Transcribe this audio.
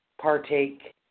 partake